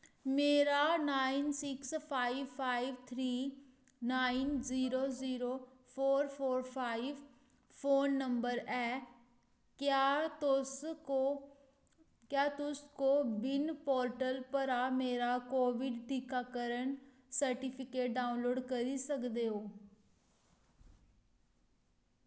मेरा nine six five five three nine zero zero four four five phone number ऐ क्या तुस को क्या तुस कोबिन पोर्टल परा मेरा कोविड टीकाकरण सर्टिफिकेट डाउनलोड करी सकदे ओ